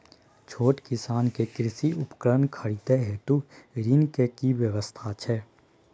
छोट किसान के कृषि उपकरण खरीदय हेतु ऋण के की व्यवस्था छै?